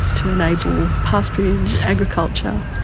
to enable pasturage, agriculture.